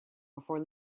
before